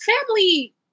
family